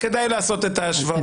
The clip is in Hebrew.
כדאי לעשות את ההשוואות האלה.